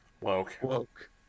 Woke